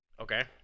Okay